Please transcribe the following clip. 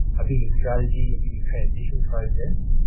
a bigger strategy, a bigger transition process.